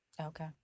Okay